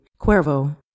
Cuervo